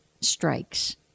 strikes